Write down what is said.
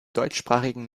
deutschsprachigen